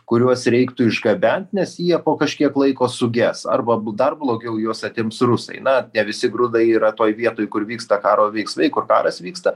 kuriuos reiktų išgabent nes jie po kažkiek laiko suges arba bus dar blogiau juos atims rusai na ne visi grūdai yra toj vietoj kur vyksta karo veiksmai kur karas vyksta